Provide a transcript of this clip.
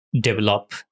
develop